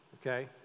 okay